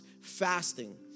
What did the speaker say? fasting